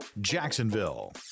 jacksonville